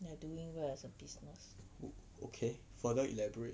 okay further elaborate